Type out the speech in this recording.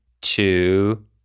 two